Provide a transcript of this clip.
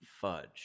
fudge